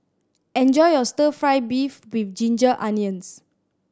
enjoy your Stir Fry beef with ginger onions